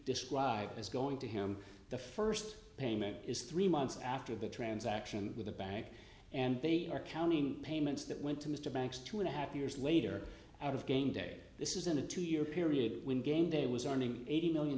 described was going to him the first payment is three months after the transaction with the bank and they are counting payments that went to mr banks two and a half years later out of game day this is in a two year period when gameday was earning eighty million